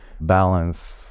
balance